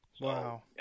Wow